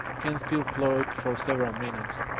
can still float for several minutes.